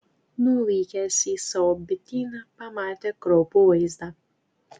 nuvykęs į savo bityną pamatė kraupų vaizdą